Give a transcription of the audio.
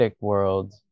world